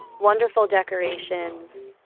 wonderful decorations,